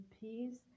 peace